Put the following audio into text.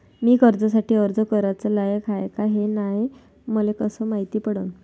मी कर्जासाठी अर्ज कराचा लायक हाय का नाय हे मले कसं मायती पडन?